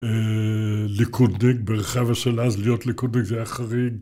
ליכודניק בחבר'ה של אז, להיות ליכודניק זה החריג.